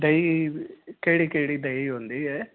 dairy ਕਿਹੜੀ ਕਿਹੜੀ dairy ਹੁੰਦੀ ਆ